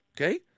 Okay